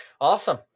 Awesome